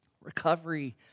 Recovery